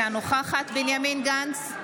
אינה נוכחת בנימין גנץ,